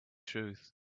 truth